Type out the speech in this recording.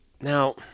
Now